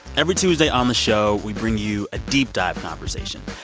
every tuesday on the show, we bring you a deep-dive conversation.